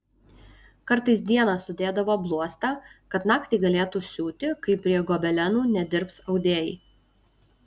kartais dieną sudėdavo bluostą kad naktį galėtų siūti kai prie gobelenų nedirbs audėjai